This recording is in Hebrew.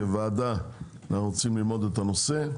כוועדה אנו צריכים ללמוד את הנושא,